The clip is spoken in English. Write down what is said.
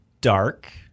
dark